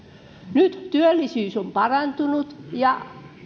nyt työllisyys on parantunut ja